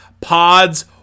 pods